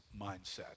mindset